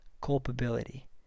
culpability